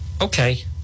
Okay